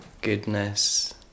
goodness